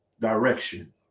direction